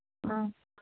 ꯑ